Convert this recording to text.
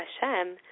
Hashem